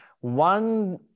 One